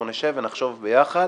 אנחנו נשב ונחשוב ביחד